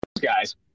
guys